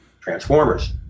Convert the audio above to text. Transformers